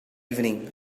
evening